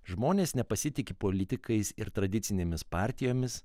žmonės nepasitiki politikais ir tradicinėmis partijomis